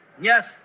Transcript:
Yes